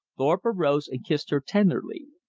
thorpe arose and kissed her tenderly.